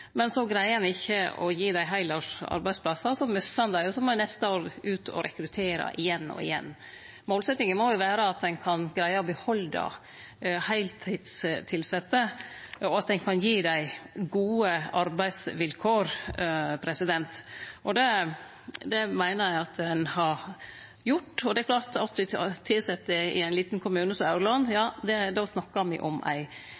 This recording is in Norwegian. men ikkje greier å gi dei heilårsarbeidsplassar. Så misser ein dei og må dei neste åra ut og rekruttere igjen og igjen. Målsettjinga må vere at ein kan greie å behalde heiltidstilsette, og at ein kan gi dei gode arbeidsvilkår. Det meiner eg at ein har gjort. Det er klart at med 80 tilsette i ein liten kommune som Aurland, snakkar ein om ei